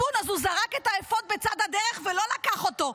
מצפון אז הוא זרק את האפוד בצד הדרך ולא לקח אותו.